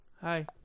Hi